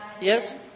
Yes